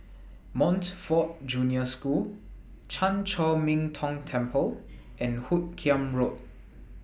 Montfort Junior School Chan Chor Min Tong Temple and Hoot Kiam Road